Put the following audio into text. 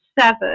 seven